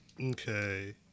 okay